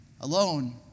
alone